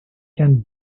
can